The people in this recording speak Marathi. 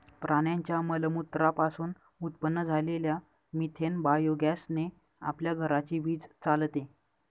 प्राण्यांच्या मलमूत्रा पासून उत्पन्न झालेल्या मिथेन बायोगॅस ने आपल्या घराची वीज चालते